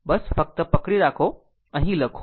બસ ફક્ત પકડી રાખો અહીં લખો